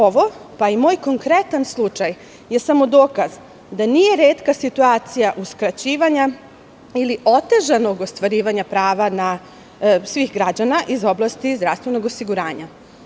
Ovo, pa i moj konkretan slučaj, je samo dokaz da nije retka situacija uskraćivanja ili otežanog ostvarivanja prava svih građana iz oblasti zdravstvenog osiguranja.